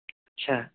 अच्छा